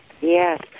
Yes